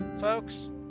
Folks